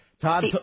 Todd